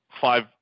five